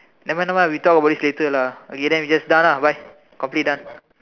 never mind never mind we talk about this later lah okay then we just done ah bye complete done